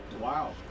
Wow